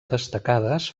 destacades